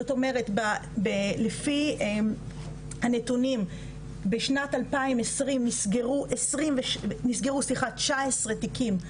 זאת אומרת לפי הנתונים בשנת 2020 נסגרו 19 תיקים,